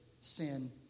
sin